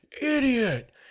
idiot